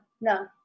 no